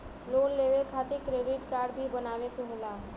Loan लेवे खातिर credit काडे भी बनवावे के होला?